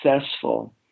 successful